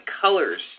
colors